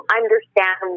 understand